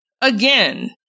Again